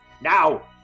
now